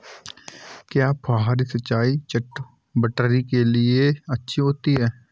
क्या फुहारी सिंचाई चटवटरी के लिए अच्छी होती है?